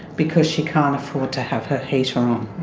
because she can't afford to have her heater um